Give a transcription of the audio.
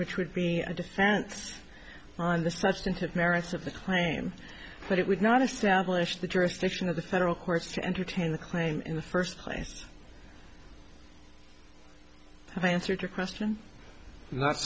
which would be a defense on the substantive merits of the claim but it would not establish the jurisdiction of the federal courts to entertain the claim in the first place i answered your question not